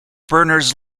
berners